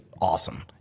awesome